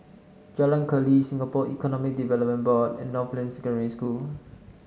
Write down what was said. Jalan Keli Singapore Economic Development Board and Northland Secondary School